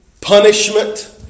punishment